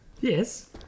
Yes